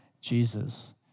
Jesus